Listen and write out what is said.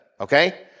Okay